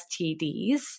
STDs